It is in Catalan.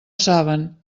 saben